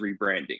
rebranding